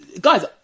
guys